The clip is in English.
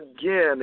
Again